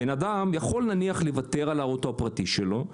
אדם יכול לוותר על האוטו הפרטי שלו,